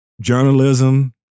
journalism